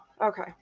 okay